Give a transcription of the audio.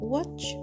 Watch